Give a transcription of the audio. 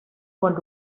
want